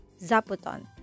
zaputon